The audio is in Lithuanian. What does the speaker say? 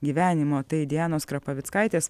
gyvenimo tai dianos krapavickaitės